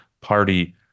party